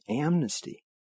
amnesty